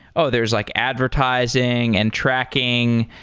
oh! there's like advertising and tracking,